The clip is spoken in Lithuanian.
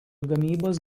gamybos